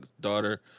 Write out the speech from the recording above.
daughter